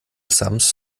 sams